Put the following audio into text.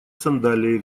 сандалии